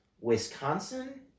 Wisconsin